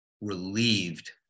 relieved